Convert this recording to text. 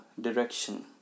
direction